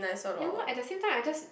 ya loh at the same time I just